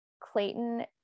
Clayton